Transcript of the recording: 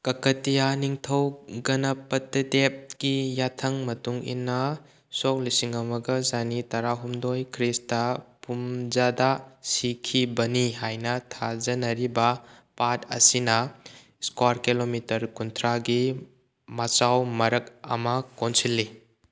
ꯀꯀꯇꯤꯌꯥ ꯅꯤꯡꯊꯧ ꯒꯅꯄꯇꯗꯦꯞꯀꯤ ꯌꯥꯊꯪ ꯃꯇꯨꯡꯏꯟꯅ ꯁꯣꯛ ꯂꯤꯁꯤꯡ ꯑꯃꯒ ꯆꯅꯤ ꯇꯔꯥꯍꯨꯝꯗꯣꯏ ꯈ꯭ꯔꯤꯁꯇ ꯄꯨꯝꯖꯗ ꯁꯤꯈꯤꯕꯅꯤ ꯍꯥꯏꯅ ꯊꯥꯖꯅꯔꯤꯕ ꯄꯥꯠ ꯑꯁꯤꯅ ꯏꯁꯀ꯭ꯋꯥꯔ ꯀꯤꯂꯣꯃꯤꯇꯔ ꯀꯨꯟꯊ꯭ꯔꯥꯒꯤ ꯃꯆꯥꯎ ꯃꯔꯥꯛ ꯑꯃ ꯀꯣꯟꯁꯤꯜꯂꯤ